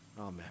Amen